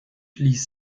ließ